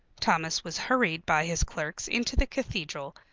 thomas was hurried by his clerks into the cathedral,